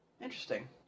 Interesting